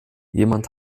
jemand